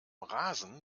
rasen